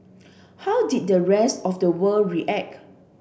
how did the rest of the world react